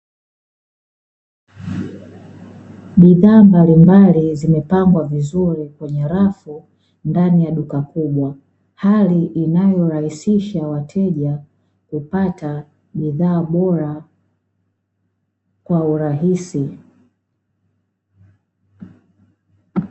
Bidhaaa mbalimbali zimepangwa vizuri kwenye rafu ndani ya duka kubwa, hali inayo rahisishia wateja kupata bidhaa bora kwa urahisi.